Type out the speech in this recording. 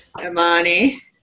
Imani